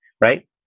right